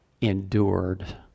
endured